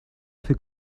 fait